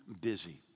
busy